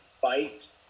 fight